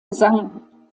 gesang